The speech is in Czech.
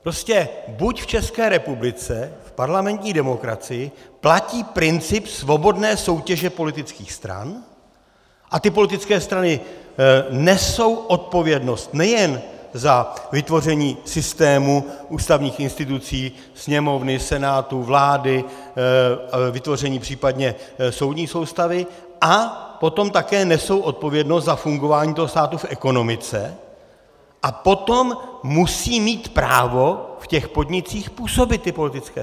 Prostě buď v České republice v parlamentní demokracii platí princip svobodné soutěže politických stran a ty politické strany nesou odpovědnost nejen za vytvoření systému ústavních institucí, Sněmovny, Senátu, vlády, vytvoření případně soudní soustavy, a potom také nesou odpovědnost za fungování toho státu v ekonomice, a potom musí mít právo v těch podnicích působit ty politické strany.